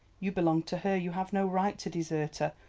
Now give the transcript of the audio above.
you belong to her, you have no right to desert her.